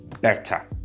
better